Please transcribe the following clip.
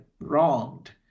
wronged